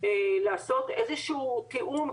באמת לעשות איזה שהוא תיאום,